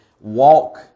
walk